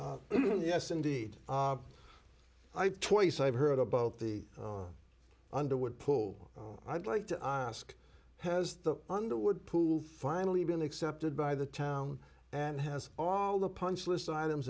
yes indeed i've twice i've heard about the underwood pool i'd like to ask has the underwood pool finally been accepted by the town and has all the punch list items